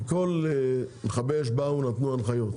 כי מכבי אש באו ונתנו הנחיות,